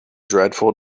dreadful